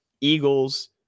Eagles